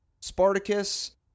spartacus